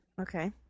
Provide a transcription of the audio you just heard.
Okay